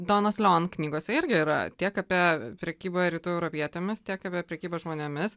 donos leon knygose irgi yra tiek apie prekybą rytų europietėmis tiek apie prekybą žmonėmis